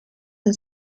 den